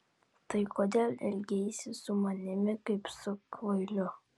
tai kodėl elgeisi su manimi kaip su kvailiu